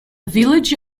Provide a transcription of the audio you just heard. village